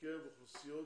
בקרב אוכלוסיות